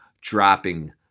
dropping